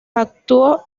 actuó